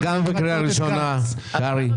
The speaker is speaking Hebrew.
אתה גם בקריאה ראשונה, קרעי.